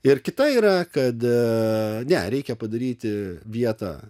ir kita yra kada ne reikia padaryti vietą